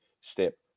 step